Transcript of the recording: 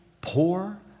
poor